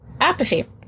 Apathy